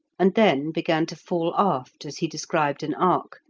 and then began to fall aft as he described an arc,